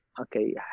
okay